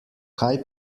kaj